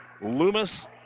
Loomis